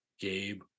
Gabe